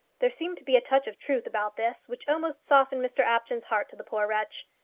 there seemed to be a touch of truth about this which almost softened mr apjohn's heart to the poor wretch.